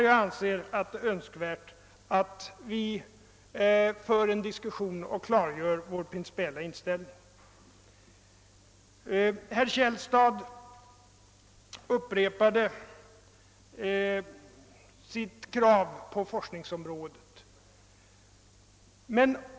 Jag antar att det är önskvärt att vi för en diskussion härom och klargör vår principiella inställning. Herr Källstad upprepade sitt krav beträffande forskningsområdet.